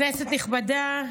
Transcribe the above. כנסת נכבדה,